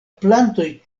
plantoj